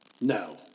No